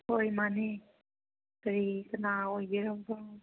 ꯍꯣꯏ ꯃꯥꯟꯅꯦ ꯀꯔꯤ ꯀꯅꯥ ꯑꯣꯏꯕꯤꯔꯕ꯭ꯔꯣ